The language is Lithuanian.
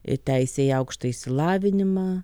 ir teisę į aukštąjį išsilavinimą